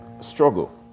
struggle